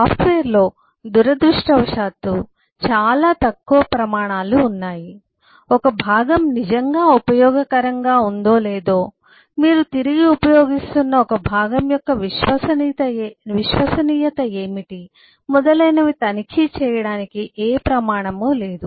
సాఫ్ట్వేర్లో దురదృష్టవశాత్తు చాలా తక్కువ ప్రమాణాలు ఉన్నాయి ఒక భాగం నిజంగా ఉపయోగకరంగా ఉందో లేదో మీరు తిరిగి ఉపయోగిస్తున్న ఒక భాగం యొక్క విశ్వసనీయత ఏమిటి మొదలైనవి తనిఖీ చేయడానికి ఏ ప్రమాణమూ లేదు